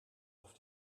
auf